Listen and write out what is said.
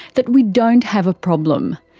that we don't have a problem.